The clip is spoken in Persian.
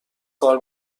کار